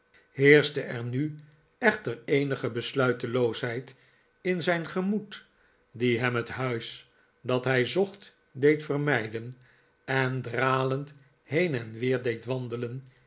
er nu echter eenige besluiteloosheid in zijn gemoed die hem het huis dat hij zocht deed vermijden en dralend heen en weer deed wandelen